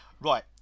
Right